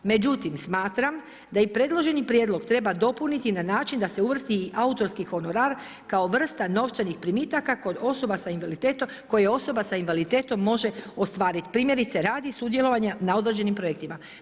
Međutim, smatram da i preloženi prijedlog, treba dopuniti, na način da se uvrsti i autorski honorar, kao vrsta novčanih primitaka kod osoba s invaliditetom, koje osoba s invaliditetom, može ostvariti, primjerice, rad i sudjelovanje na određenim projektima.